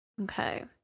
Okay